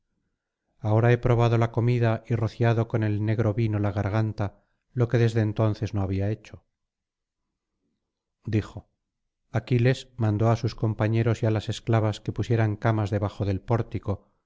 ahora he probado la comida y rociado con el negro vino la garganta lo que desde entonces no había hecho dijo aquiles mandó á sus compañeros y á las esclavas que pusieran camas debajo del pórtico